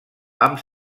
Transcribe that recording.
amb